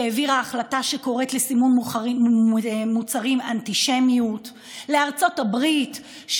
שהעבירה החלטה שקוראת לסימון מוצרים "אנטישמיות"; לארצות הברית,